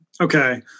Okay